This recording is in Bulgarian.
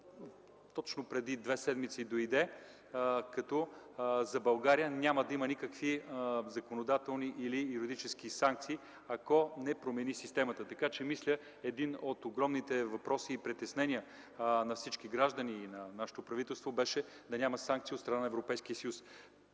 точно преди две седмици, като за България няма да има никакви законодателни или юридически санкции, ако не промени системата. Един от огромните въпроси и притеснения за всички граждани и на нашето правителство беше да няма санкции от страна на Европейския съюз.